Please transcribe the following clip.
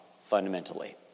fundamentally